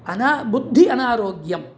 अना बुद्धिम् अनारोग्यम्